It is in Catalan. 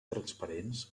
transparents